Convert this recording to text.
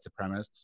supremacists